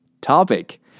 topic